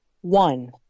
one